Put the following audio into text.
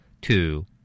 Two